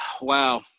Wow